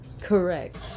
Correct